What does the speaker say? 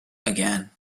again